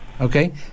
Okay